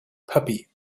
puppy